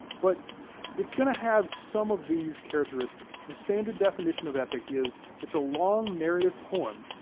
but it's gonna have some of these characteristics. the standard definition of epic is it's a long narrative poem,